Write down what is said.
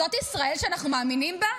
זאת ישראל שאנחנו מאמינים בה?